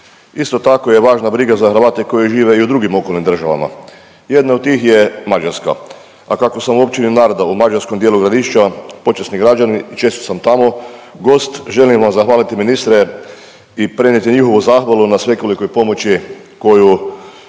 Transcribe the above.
Isto tako je važna briga za Hrvate koje žive i u drugim okolnim državama, jedna od tih je Mađarska, a kako sam u općini .../Govornik se ne razumije./... u mađarskom dijelu Gradišća počasni građanin, često sam tamo gost, želim vam zahvaliti, ministre i prenijeti njihovu zahvalu na svekolikoj pomoći koju